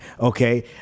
Okay